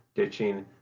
ditching,